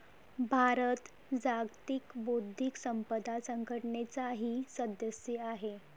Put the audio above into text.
भारत जागतिक बौद्धिक संपदा संघटनेचाही सदस्य आहे